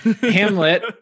Hamlet